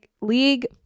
League